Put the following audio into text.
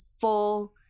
full